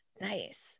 nice